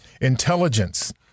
intelligence